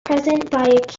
present